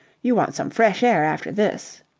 you want some fresh air after this.